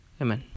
Amen